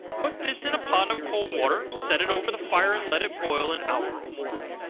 put this in a pot of cold water, set it over the fire, and let it boil an hour or more.